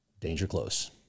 DangerClose